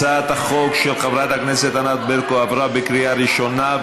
הצעת החוק של חברת הכנסת ענת ברקו עברה בקריאה ראשונה,